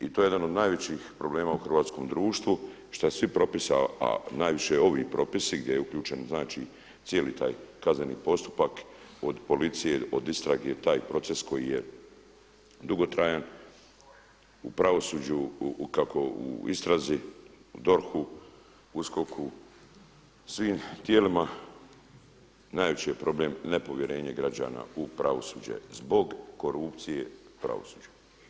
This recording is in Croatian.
I to je jedan od najvećih problema u hrvatskom društvu što svi propisi, a najviše ovi propisi gdje je uključen cijeli taj kazneni postupak od policije, od istrage taj proces koji je dugotrajan u pravosuđu kako u istrazi, u DORH-u, USKOK-u, svim tijelima najveći je problem nepovjerenje građana u pravosuđe zbog korupcije u pravosuđu.